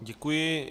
Děkuji.